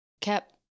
kept